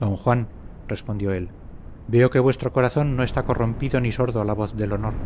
don juan respondió él veo que vuestro corazón no está corrompido ni sordo a la voz del honor